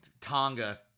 Tonga